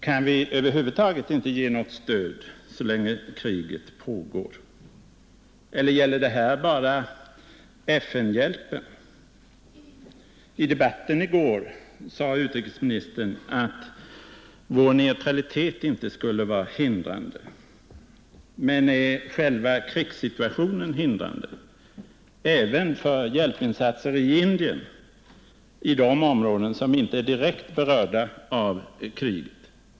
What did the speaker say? Kan vi över huvud taget inte ge något stöd så länge kriget pågår? Eller gäller detta bara FN-hjälpen? I debatten i går sade utrikesministern att vår neutralitet inte skulle vara hindrande. Men är själva krigssituationen hindrande även för hjälpinsatser i Indien i områden som inte är direkt berörda av kriget?